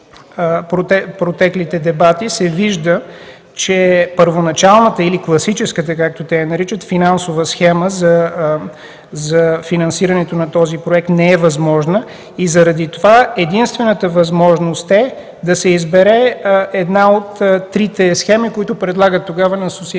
възможност е да се избере една от трите схеми, които предлагат тогава на